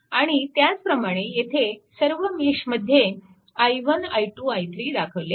आणि त्याचप्रमाणे येथे सर्व मेशमध्ये i1 i2 i3 दाखवले आहेत